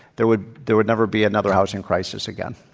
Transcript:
there would there would never be another housing crisis again.